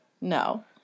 No